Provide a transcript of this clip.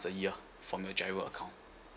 a year from your giro account